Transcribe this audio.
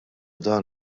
dan